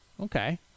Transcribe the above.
Okay